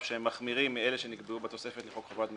שהם מחמירים מאלה שנקבעו בתוספת לחוק חובת מכרזים,